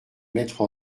mettre